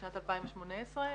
בשנת 2018,